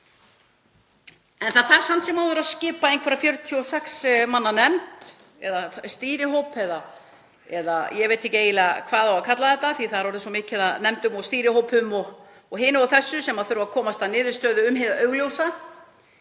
En það þarf samt sem áður að skipa einhverja 46 manna nefnd eða stýrihóp, ég veit ekki eiginlega hvað á að kalla þetta því að það er orðið svo mikið af nefndum og stýrihópum og hinu og þessu sem þurfa að komast að niðurstöðu um hið augljósa,